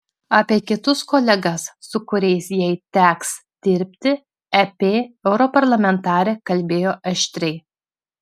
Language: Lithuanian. apie kitus kolegas su kuriais jai teks dirbti ep europarlamentarė kalbėjo aštriai